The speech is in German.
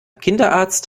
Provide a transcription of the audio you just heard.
kinderarzt